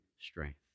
strength